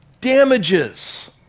damages